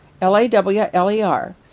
L-A-W-L-E-R